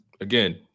again